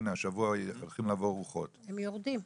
הנה השבוע הולכים לבוא רוחות --- הם יורדים.